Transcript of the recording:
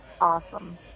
awesome